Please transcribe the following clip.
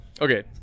okay